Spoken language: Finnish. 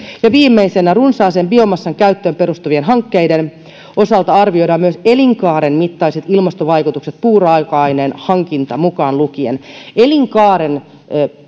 ja viimeisenä runsaaseen biomassan käyttöön perustuvien hankkeiden osalta arvioidaan myös elinkaaren mittaiset ilmastovaikutukset puuraaka aineen hankinta mukaan lukien elinkaaren